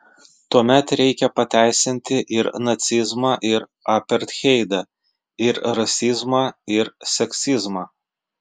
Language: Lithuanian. tuomet reikia pateisinti ir nacizmą ir apartheidą ir rasizmą ir seksizmą